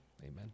Amen